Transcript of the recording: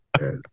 yes